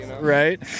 Right